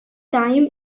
time